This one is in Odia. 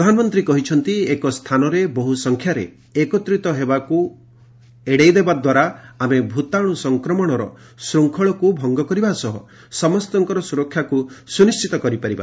ପ୍ରଧାନମନ୍ତ୍ରୀ କହିଛନ୍ତି ଏକ ସ୍ଥାନରେ ବହୁ ସଂଖ୍ୟାରେ ଏକତ୍ରିତ ହେବାକୁ ଏଡାଇବା ଦ୍ୱାରା ଆମେ ଭୂତାଣୁ ସଂକ୍ରମଣର ଶୃଙ୍ଖଳକୁ ଭଙ୍ଗ କରିବା ସହ ସମସ୍ତଙ୍କର ସୁରକ୍ଷାକୁ ନିଶ୍ଚିତ କରିପାରିବା